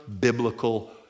biblical